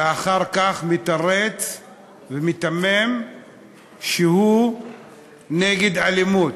ואחר כך מתרץ ומיתמם שהוא נגד אלימות.